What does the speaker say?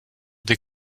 des